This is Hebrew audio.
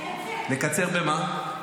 לקצר במה?